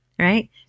Right